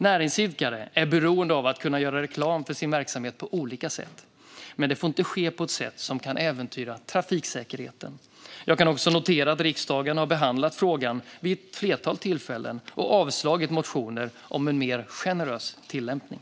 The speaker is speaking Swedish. Näringsidkare är beroende av att kunna göra reklam för sin verksamhet på olika sätt, men det får inte ske på ett sätt som kan äventyra trafiksäkerheten. Jag kan också notera att riksdagen har behandlat frågan vid ett flertal tillfällen och avslagit motioner om en mer generös tillämpning.